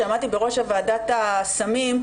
כשעמדתי בראש ועדת הסמים,